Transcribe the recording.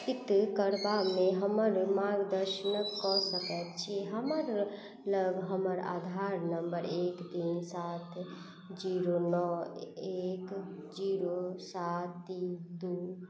पित करबामे हमर मार्गदर्शन कऽ सकैत छी हमर लग हमर आधार नम्बर एक तीन सात जीरो नओ एक जीरो सात तीन दू